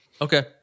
Okay